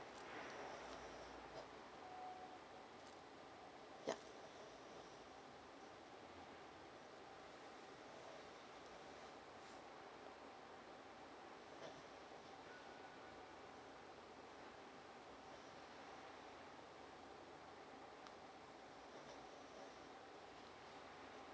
yeah